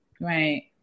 Right